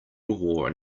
wore